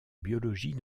biologie